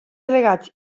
delegats